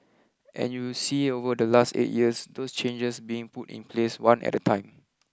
and you see over the last eight years those changes being put in place one at a time